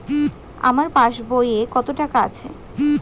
আমার পাস বইয়ে কত টাকা আছে?